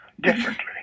differently